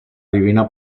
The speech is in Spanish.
divina